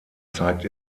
zeigt